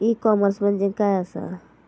E commerce म्हणजे काय असा?